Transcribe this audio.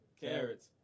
Carrots